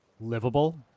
livable